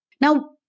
Now